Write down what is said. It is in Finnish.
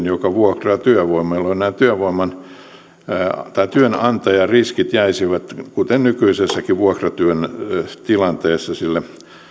joka vuokraa työvoimaa jolloin nämä työnantajan riskit jäisivät kuten nykyisessäkin vuokratyötilanteessa sille